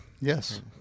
Yes